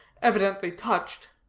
evidently touched.